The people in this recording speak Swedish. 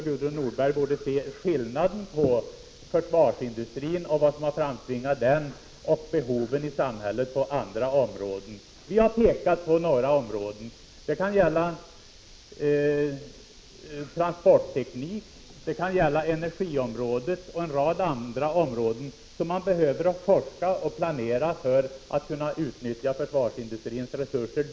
Gudrun Norberg borde också se skillnaden mellan det behov som framtvingat försvarsindustrin och behoven i samhället på andra områden. Vi har pekat på några områden. Det kan gälla transportteknik, energiområdet eller en rad områden där man behöver forska och planera för att kunna utnyttja försvarsindustrins resurser.